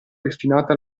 destinata